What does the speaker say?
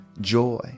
joy